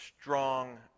strong